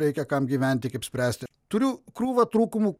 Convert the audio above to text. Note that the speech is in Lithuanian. reikia kam gyventi kaip spręsti turiu krūvą trūkumų